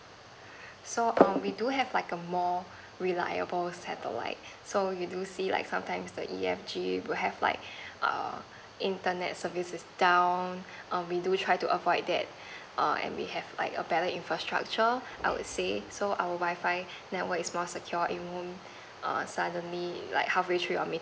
so um we do have like a more reliable satellite so you do see like sometimes the E_F_G will have like err internet service is down err we do try to avoid that err and we have like a better infrastructure I would say so our wifi network is more secure even err suddenly like halfway throughout meeting